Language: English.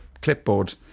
clipboard